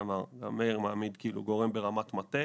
מעמיד גורם ברמת מטה.